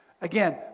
Again